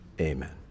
amen